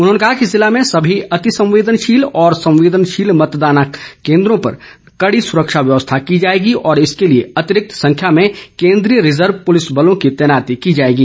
उन्होंने कहा कि जिले में सभी अति संवेदनशील और संवेदनशील मतदान केन्द्रों पर कड़ी सुरक्षा व्यवस्था की जाएगी और इसके लिए अतिरिक्त संख्या में केन्द्रीय रिजर्व पुलिस बलों की तैनाती की जाएगी